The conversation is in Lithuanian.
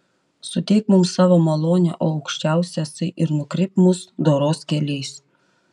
suteik mums savo malonę o aukščiausiasai ir nukreipk mus doros keliais